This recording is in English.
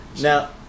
Now